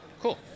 Cool